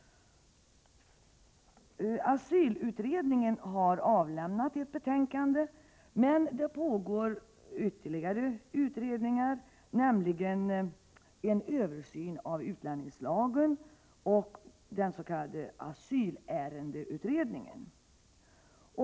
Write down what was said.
Asylutredningen har avlämnat ett betänkande, men det pågår ytterligare utredningar, nämligen en översyn av utlänningslagen och den s.k. asylärendeutredningen.